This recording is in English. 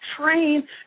train